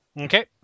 Okay